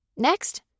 Next